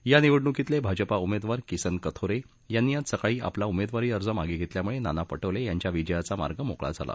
या निवडण्कीतले भाजपा उमेदवार किसन कथोरे यांनी आज सकाळी आपला उमेदवारी अर्ज मागे घेतल्यामुळे नाना पटोले यांच्या विजयाचा मार्ग मोकळा झाला